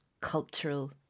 cultural